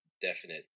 definite